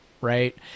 right